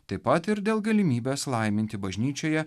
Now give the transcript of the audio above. taip pat ir dėl galimybės laiminti bažnyčioje